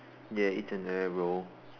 ya it's an arrow